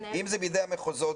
אם זה בידי המחוזות,